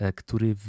który